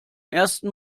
ersten